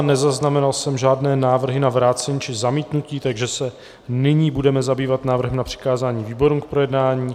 Nezaznamenal jsem žádné návrhy na vrácení či zamítnutí, takže se nyní budeme zabývat návrhem na přikázání výborům k projednání.